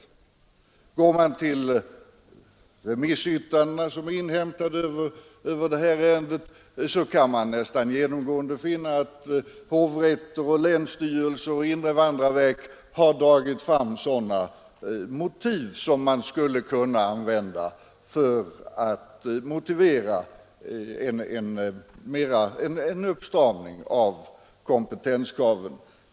Går man till de remissyttranden som inhämtats i detta ärende kan man nästan genomgående finna att hovrätter, länsstyrelser och andra verk har tagit fram sådana motiv, som man skulle kunna använda för att motivera en skärpning av kompetenskraven.